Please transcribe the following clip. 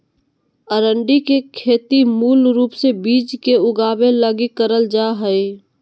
अरंडी के खेती मूल रूप से बिज के उगाबे लगी करल जा हइ